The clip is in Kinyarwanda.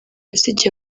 yasigiye